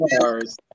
cars